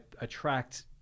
attract